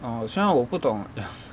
orh 虽然我不懂